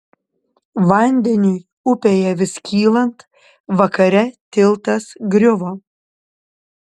vandeniui upėje vis kylant vakare tiltas griuvo